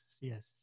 yes